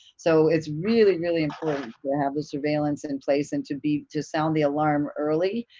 so it's really, really important to have the surveillance in place and to be, to sound the alarm early,